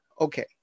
okay